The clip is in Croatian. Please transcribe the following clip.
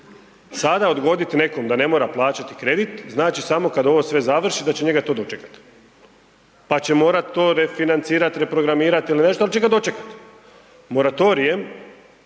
Sada odgoditi nekom da ne mora plaćati kredit znači samo kada ovo sve završi da će njega to dočekat pa će morat to refinancirat, reprogramirat ili nešto, ali će ga dočekat moratorijem